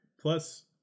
plus